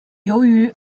由于